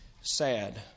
sad